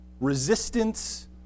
resistance